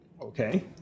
Okay